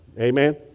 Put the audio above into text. Amen